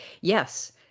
yes